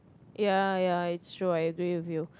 ya ya it's true I agree with you